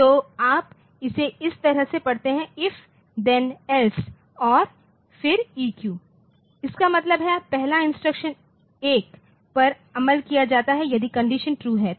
तो आप इसे इस तरह से पढ़ते हैं इफ देन एल्स और फिर ईक्यू इसका मतलब है पहला इंस्ट्रक्शन 1 पर अमल किया जाता है यदि कंडिशन ट्रू हैं तो